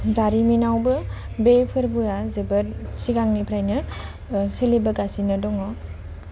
जारिमिनावबो बे फोरबोआ जोबोद सिगांनिफ्रायनो सोलिबोगासिनो दङ